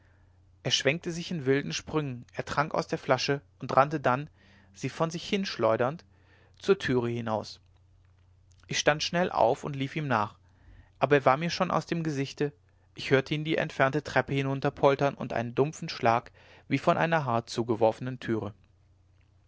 er schwenkte sich in wilden sprüngen er trank aus der flasche und rannte dann sie von sich schleudernd zur türe hinaus ich stand schnell auf und lief ihm nach aber er war mir schon aus dem gesichte ich hörte ihn die entfernte treppe hinabpoltern und einen dumpfen schlag wie von einer hart zugeworfenen türe